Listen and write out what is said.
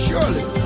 Surely